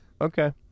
Okay